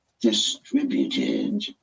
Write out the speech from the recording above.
distributed